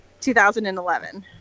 2011